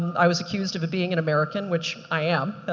i was accused of being an american, which i am.